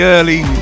early